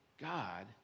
God